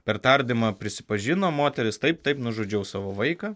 per tardymą prisipažino moteris taip taip nužudžiau savo vaiką